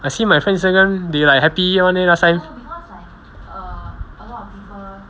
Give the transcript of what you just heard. I see my friends there they like happy [one] leh last time